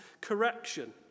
correction